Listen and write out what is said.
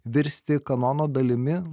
virsti kanono dalimi